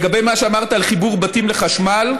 לגבי מה שאמרת על חיבור בתים לחשמל,